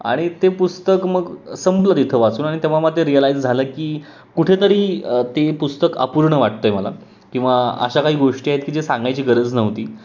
आणि ते पुस्तक मग संपलं तिथं वाचून आणि तेव्हा मग ते रियलाइज झालं की कुठे तरी ते पुस्तक अपूर्ण वाटत आहे मला किंवा अशा काही गोष्टी आहेत की जे सांगायची गरज नव्हती